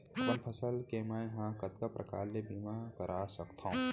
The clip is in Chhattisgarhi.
अपन फसल के मै ह कतका प्रकार ले बीमा करा सकथो?